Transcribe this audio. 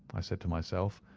i said to myself,